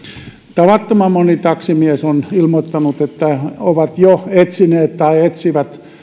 tavattoman moni taksimies on ilmoittanut että on jo etsinyt tai etsii